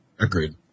Agreed